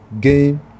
game